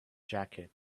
jacket